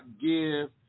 give